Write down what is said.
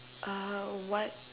uh what